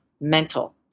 mental